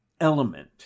element